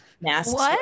masks